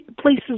places